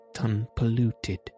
unpolluted